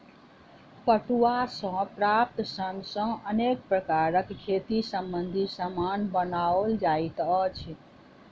पटुआ सॅ प्राप्त सन सॅ अनेक प्रकारक खेती संबंधी सामान बनओल जाइत अछि